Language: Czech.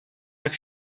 tak